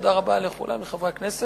תודה רבה לכולם, לחברי הכנסת.